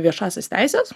viešąsias teises